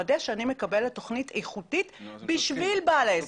לוודא שאני מקבלת תוכנית איכותית בשביל בעל העסק.